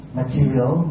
material